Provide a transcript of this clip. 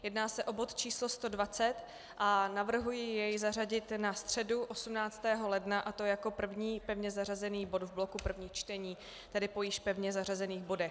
Jedná se o bod 120 a navrhuji jej zařadit jako na středu 18. ledna, a to jako první pevně zařazený bod v bloku prvních čteních, tedy po již pevně zařazených bodech.